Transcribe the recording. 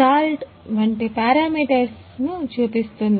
salt వంటి పెరామీటర్చూపిస్తుంది